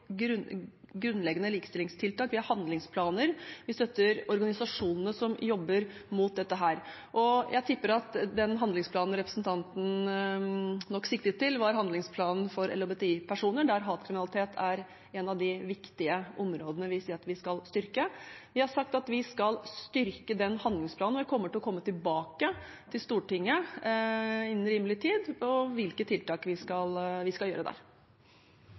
støtter organisasjonene som jobber mot dette. Jeg tipper at den handlingsplanen representanten sikter til, var handlingsplanen for LHBTI-personer, der hatkriminalitet er et av de viktige områdene vi sier at vi skal styrke. Vi har sagt at vi skal styrke den handlingsplanen, og vi kommer tilbake til Stortinget innen rimelig tid med hvilke tiltak vi skal gjøre der. Replikkordskiftet er omme. Barn og unge veks opp i det samfunnet som har dei moglegheitene vi